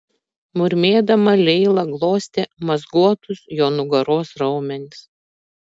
murmėdama leila glostė mazguotus jo nugaros raumenis